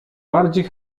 bardziej